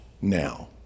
now